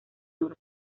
norte